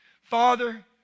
Father